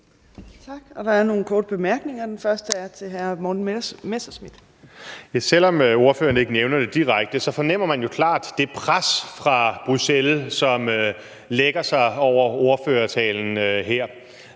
Selv om ordføreren ikke nævner det direkte, fornemmer man jo klart det pres fra Bruxelles, som lægger sig over ordførertalen her.